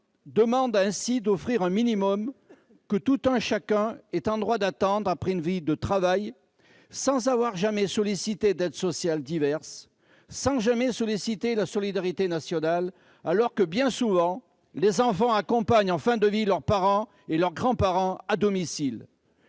demande ainsi d'offrir un minimum que tout un chacun est en droit d'attendre après une vie de travail sans avoir jamais sollicité d'aides sociales diverses, sans avoir jamais sollicité la solidarité nationale, alors que les enfants accompagnent bien souvent leurs parents et leurs grands-parents en fin de